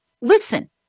listen